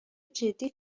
جدی